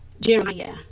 Jeremiah